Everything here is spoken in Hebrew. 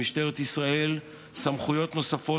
למשטרת ישראל סמכויות נוספות,